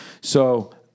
So-